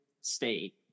State